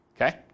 Okay